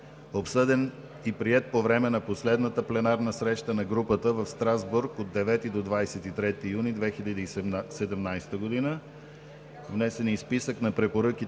обсъден и приет по време на последната пленарна среща на Групата в Страсбург от 9 до 23 юни 2017 г. Внесен е и списък на препоръките